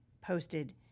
posted